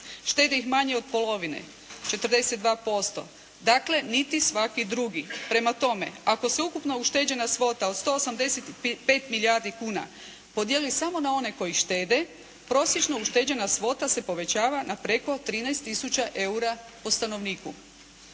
Štedi ih manje od polovine, 42%. Dakle, niti svaki drugi. Prema tome, ako se ukupno ušteđena svota od 185 milijardi kuna podijeli samo na one koji štede prosječno ušteđena svota se povećava na preko 13 tisuća eura po stanovniku.